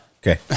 Okay